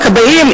הכבאים,